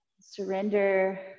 Surrender